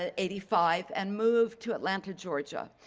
ah eighty five and moved to atlanta, georgia.